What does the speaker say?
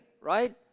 right